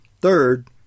Third